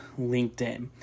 LinkedIn